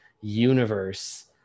universe